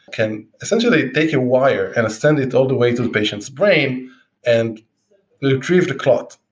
can essentially take a wire and extend it all the way to the patient's brain and retrieve the clot,